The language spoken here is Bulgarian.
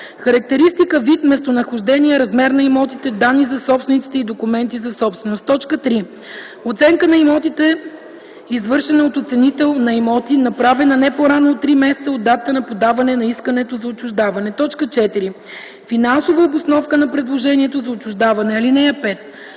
характеристика, вид, местонахождение, размер на имотите, данни за собствениците и документи за собственост; 3. оценка на имотите, извършена от оценител на имоти, направена не по-рано от три месеца от датата на подаване на искането за отчуждаване; 4. финансова обосновка на предложението за отчуждаване. (5)